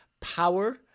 Power